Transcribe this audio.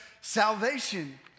salvation